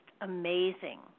amazing